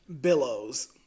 billows